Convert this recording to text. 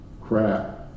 crap